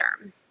term